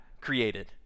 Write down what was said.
created